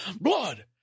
Blood